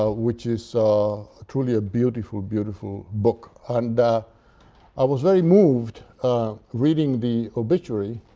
ah which is truly a beautiful, beautiful book. and i was very moved reading the obituary